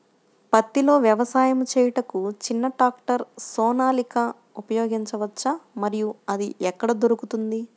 పత్తిలో వ్యవసాయము చేయుటకు చిన్న ట్రాక్టర్ సోనాలిక ఉపయోగించవచ్చా మరియు అది ఎక్కడ దొరుకుతుంది?